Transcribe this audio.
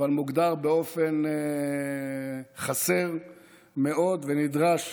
אבל מוגדר באופן חסר מאוד, ונדרש